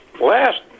Last